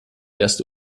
erste